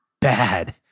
bad